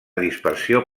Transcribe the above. dispersió